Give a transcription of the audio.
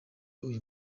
uyu